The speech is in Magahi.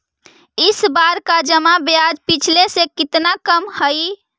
इस बार का जमा ब्याज पिछले से कितना कम हइ